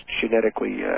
genetically